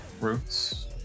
roots